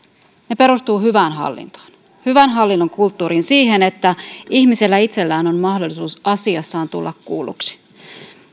ne perustuvat hyvään hallintoon hyvän hallinnon kulttuuriin siihen että ihmisellä itsellään on mahdollisuus asiassaan tulla kuulluksi